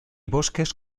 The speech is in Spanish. bosques